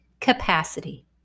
capacity